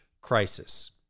crisis